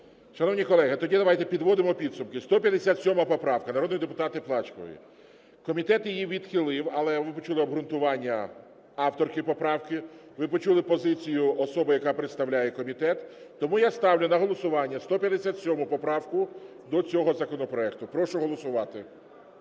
Шановні колеги, тоді давайте, підводимо підсумки. 157 поправка народної депутатки Плачкової. Комітет її відхилив, але ви почули обґрунтування авторки поправки, ви почули позицію особи, яка представляє комітет. Тому я ставлю на голосування 157 поправку до цього законопроекту. Прошу голосувати.